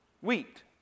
Wheat